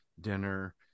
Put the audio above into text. dinner